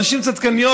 נשים צדקניות,